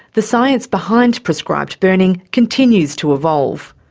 the science behind prescribed burning continues to evolve.